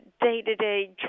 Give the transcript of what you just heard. day-to-day